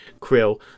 krill